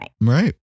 Right